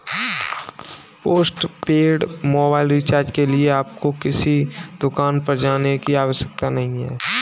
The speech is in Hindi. पोस्टपेड मोबाइल रिचार्ज के लिए आपको किसी दुकान पर जाने की आवश्यकता नहीं है